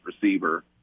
receiver